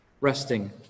resting